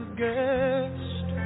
guest